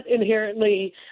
inherently